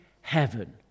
heaven